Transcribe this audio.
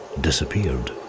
disappeared